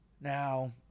Now